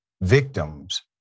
Victims